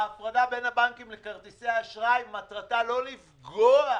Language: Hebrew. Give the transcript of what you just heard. ההפרדה בין הבנקים לבין חברות כרטיסי האשראי מטרתה לא לפגוע.